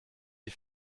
die